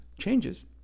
changes